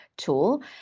tool